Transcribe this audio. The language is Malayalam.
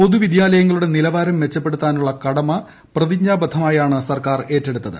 പൊതുവിദ്യാലയങ്ങളുടെ നിലവാരം മെച്ചപ്പെടുത്താനുള്ള കടമ പ്രതിജ്ഞാബദ്ധമായാണ് സർക്കാർ ഏറ്റെടുത്തത്